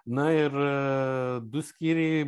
na ir du skyriai